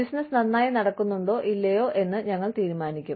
business നന്നായി നടക്കുന്നുണ്ടോ ഇല്ലയോ എന്ന് ഞങ്ങൾ തീരുമാനിക്കും